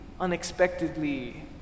unexpectedly